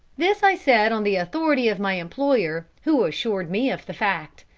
this i said on the authority of my employer, who assured me of the fact.